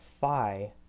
Phi